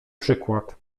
przykład